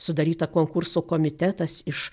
sudaryta konkurso komitetas iš